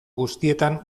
guztietan